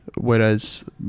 Whereas